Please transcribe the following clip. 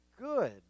good